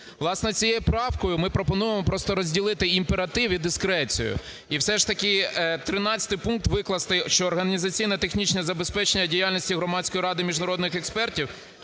Власне, цією правкою ми пропонуємо просто розділити імператив і дискрецію. І все ж таки 13-й пункт викласти, що "організаційно-технічне забезпечення діяльності Громадської ради міжнародних експертів